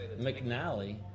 McNally